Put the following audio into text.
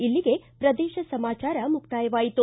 ಇಲ್ಲಿಗೆ ಪ್ರದೇಶ ಸಮಾಚಾರ ಮುಕ್ತಾಯವಾಯಿತು